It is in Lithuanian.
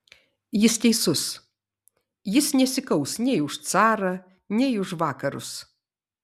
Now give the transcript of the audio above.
jis teisus jis nesikaus nei už carą nei už vakarus